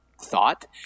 thought